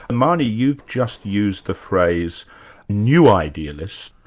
and marnie, you've just used the phrase new idealist,